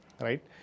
Right